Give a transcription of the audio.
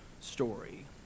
story